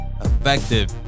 effective